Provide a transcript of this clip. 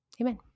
Amen